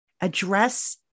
address